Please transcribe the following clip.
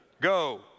Go